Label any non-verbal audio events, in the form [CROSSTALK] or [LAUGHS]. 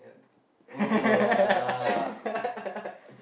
[LAUGHS]